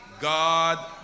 God